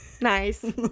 nice